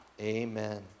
Amen